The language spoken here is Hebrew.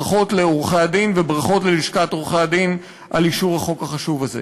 ברכות לעורכי-הדין וברכות ללשכת עורכי-הדין על אישור החוק החשוב הזה.